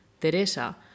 Teresa